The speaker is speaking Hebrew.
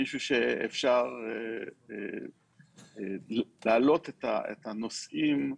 מישהו שאפשר להעלות בפניו את הנושאים,